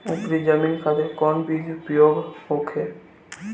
उपरी जमीन खातिर कौन बीज उपयोग होखे?